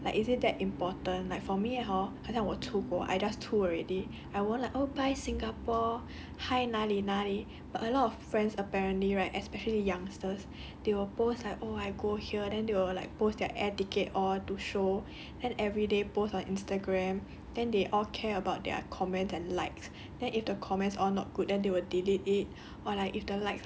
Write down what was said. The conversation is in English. so I feel like why you want to post to show people like is it that important like for me hor 好像我出国 I just 出 already I won't like oh bye singapore hi 哪里哪里 but a lot of friends apparently right especially youngsters they will post like oh I go here then they will like post their air ticket all to show an everyday post on instagram and they all care about their comments and likes